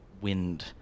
wind